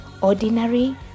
Ordinary